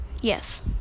yes